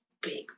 big